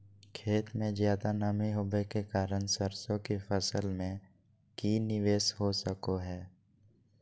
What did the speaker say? खेत में ज्यादा नमी होबे के कारण सरसों की फसल में की निवेस हो सको हय?